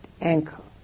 ankle